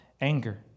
anger